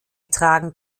tragen